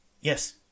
Yes